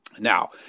Now